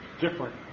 different